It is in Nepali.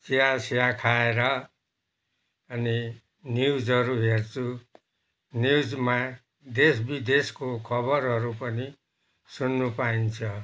चियासिया खाएर अनि न्युजहरू हेर्छु न्युजमा देश विदेशको खबरहरू पनि सुन्नु पाइन्छ